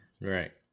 Right